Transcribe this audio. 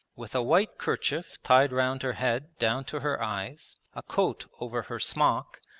with a white kerchief tied round her head down to her eyes, a coat over her smock,